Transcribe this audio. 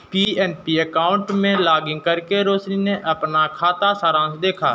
PNB account में login करके रोशनी ने अपना खाता सारांश देखा